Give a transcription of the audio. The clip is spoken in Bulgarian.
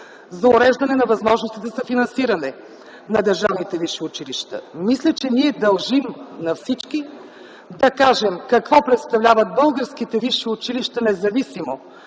за уреждане на възможностите за финансиране на държавните висши училища. Мисля, че ние дължим на всички да кажем какво представляват българските висши училища независимо